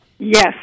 Yes